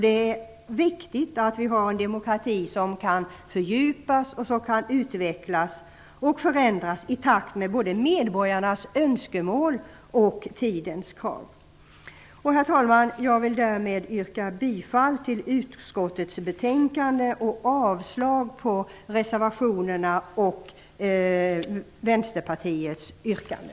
Det är viktigt att vi har en demokrati som kan fördjupas och som kan utvecklas och förändras i takt med både medborgarnas önskemål och tidens krav. Herr talman! Jag vill därmed yrka bifall till utskottets hemställan och avslag på reservationerna och Vänsterpartiets yrkande.